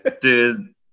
dude